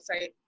website